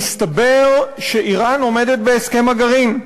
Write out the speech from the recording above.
מסתבר שאיראן עומדת בהסכם הגרעין.